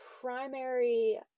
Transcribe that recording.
primary